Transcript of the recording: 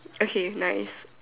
okay nice